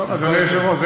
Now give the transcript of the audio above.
אדוני היושב-ראש,